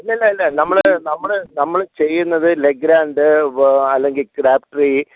ഇല്ല ഇല്ല ഇല്ല നമ്മള് നമ്മള് നമ്മള് ചെയ്യുന്നത് ലെഗ്രാൻഡ് ബ് അല്ലെങ്കിൽ ക്രാബ്ട്രീ